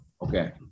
Okay